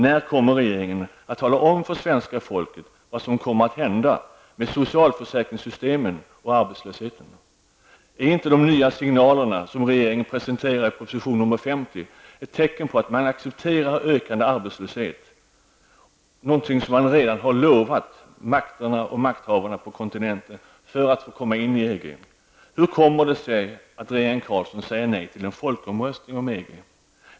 När kommer regeringen att tala om för svenska folket vad som kommer att hända med socialförsäkringssystemen och arbetslösheten? Är inte de nya signaler som regeringen presenterar i proposition nr 50 ett tecken på att man accepterar en ökande arbetslöshet, någonting som man redan har lovat makterna och makthavarna på kontinenten för att få komma in i EG? Hur kommer det sig att regeringen Carlsson säger nej till en folkomröstning om EG?